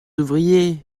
ouvriers